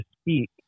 speak